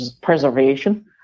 preservation